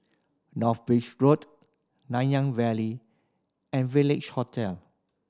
North Bridge Road Nanyang Valley and Village Hotel